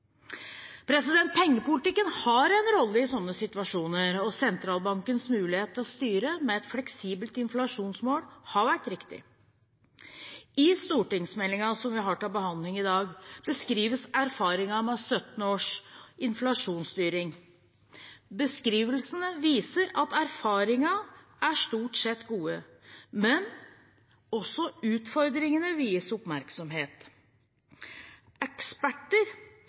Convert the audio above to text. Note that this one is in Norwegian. Pengepolitikken har en rolle i sånne situasjoner, og sentralbankens mulighet til å styre med et fleksibelt inflasjonsmål har vært riktig. I stortingsmeldingen som vi har til behandling i dag, beskrives erfaringer med 17 års inflasjonsstyring. Beskrivelsene viser at erfaringene stort sett er gode, men også utfordringene vies oppmerksomhet. Eksperter